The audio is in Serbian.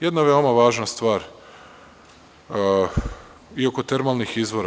Jedna veoma važna stvar i oko termalnih izvora.